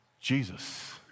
Jesus